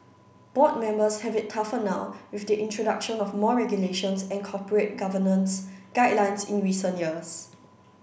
board members have it tougher now with the introduction of more regulations and corporate governance guidelines in recent years